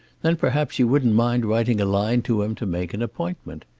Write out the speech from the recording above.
then perhaps you wouldn't mind writing a line to him to make an appointment.